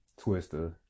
Twister